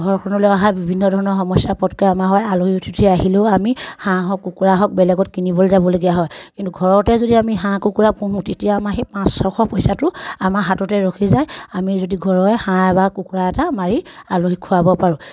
ঘৰখনলৈ অহা বিভিন্ন ধৰণৰ সমস্যা পটককৈ আমাৰ হয় আলহী অতিথি আহিলেও আমি হাঁহ হওক কুকুৰা হওক বেলেগত কিনিবলৈ যাবলগীয়া হয় কিন্তু ঘৰতে যদি আমি হাঁহ কুকুৰা পুহোঁ তেতিয়া আমাৰ সেই পাঁচ ছশ পইচাটো আমাৰ হাততে ৰখি যায় আমি যদি ঘৰৰে হাঁহ বা কুকুৰা এটা মাৰি আলহীক খুৱাব পাৰোঁ